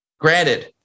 Granted